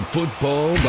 Football